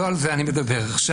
לא על זה אני מדבר עכשיו,